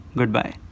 goodbye